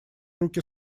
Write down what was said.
руки